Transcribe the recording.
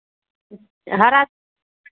हरा